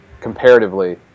comparatively